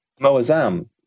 Moazam